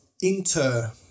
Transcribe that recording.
inter